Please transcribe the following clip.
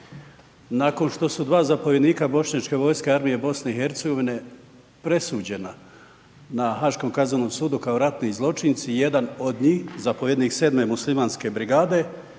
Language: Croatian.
nakon što su dva zapovjednika bošnjačke vojske Armije Bosne i Hercegovine presuđena na Haškom kaznenom sudu kao ratni zločinci jedan od njih zapovjednik 7. muslimanske brigade